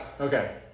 Okay